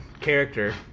character